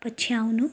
पछ्याउनु